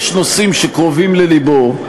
יש נושאים שקרובים ללבו,